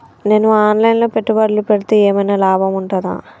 నేను online లో పెట్టుబడులు పెడితే ఏమైనా లాభం ఉంటదా?